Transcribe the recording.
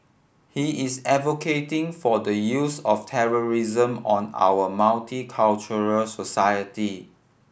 he is advocating for the use of terrorism on our multicultural society